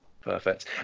perfect